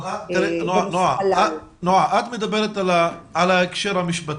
את מדברת על ההקשר המשפטי.